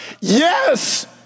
Yes